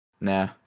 nah